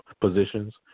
positions